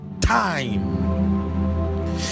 time